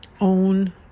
own